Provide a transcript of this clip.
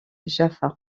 jaffa